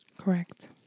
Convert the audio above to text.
Correct